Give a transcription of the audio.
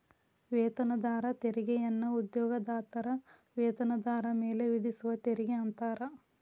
ವೇತನದಾರ ತೆರಿಗೆಯನ್ನ ಉದ್ಯೋಗದಾತರ ವೇತನದಾರ ಮೇಲೆ ವಿಧಿಸುವ ತೆರಿಗೆ ಅಂತಾರ